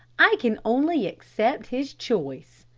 i can only accept his choice.